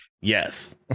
yes